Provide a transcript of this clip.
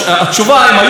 וזה זה לא באחריותי,